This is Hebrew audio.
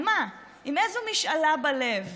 מה, עם איזו משאלה בלב?